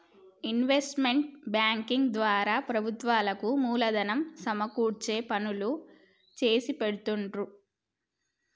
investment banking ద్వారా ప్రభుత్వాలకు మూలధనం సమకూర్చే పనులు చేసిపెడుతుండ్రు